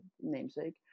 namesake